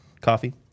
coffee